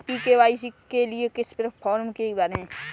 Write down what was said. ई KYC के लिए किस फ्रॉम को भरें?